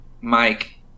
Mike